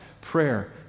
Prayer